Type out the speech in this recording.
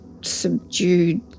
subdued